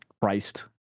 Christ